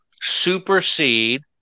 supersede